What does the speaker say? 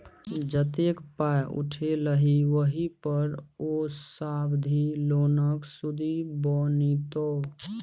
जतेक पाय उठेलही ओहि पर ओ सावधि लोनक सुदि बनितौ